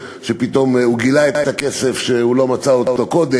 שפתאום הוא גילה את הכסף שהוא לא מצא קודם,